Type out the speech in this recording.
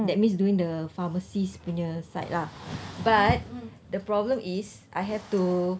that means doing the pharmacy punya side lah but the problem is I have to